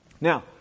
Now